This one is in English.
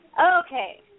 Okay